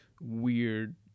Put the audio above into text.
weird